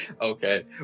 Okay